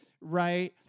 right